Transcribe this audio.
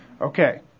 Okay